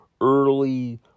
Early